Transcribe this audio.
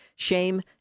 Shame